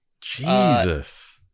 Jesus